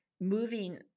moving